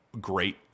great